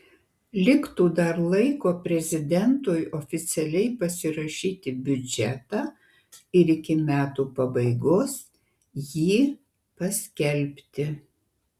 liktų dar laiko prezidentui oficialiai pasirašyti biudžetą ir iki metų pabaigos jį paskelbti